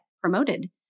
promoted